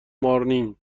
مارین